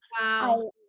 Wow